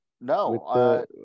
no